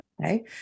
Okay